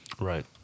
Right